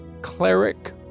cleric